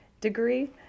degree